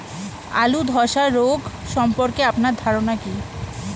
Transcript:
আলু ধ্বসা রোগ সম্পর্কে আপনার ধারনা কী?